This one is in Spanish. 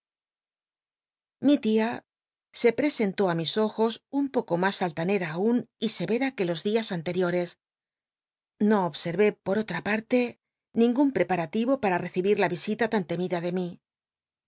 i tia se presentó ti mis ojos un poco mas allanean aun y severa que los dias anteriore s no obset'l'é poa otaa parle ningun preparativo para recibir la vi ita tan temida de mi